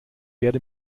werde